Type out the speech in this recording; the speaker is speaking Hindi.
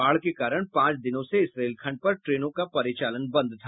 बाढ़ के कारण पांच दिनों से इस रेलखंड पर ट्रेनों का परिचालन बंद था